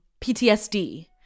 ptsd